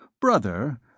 Brother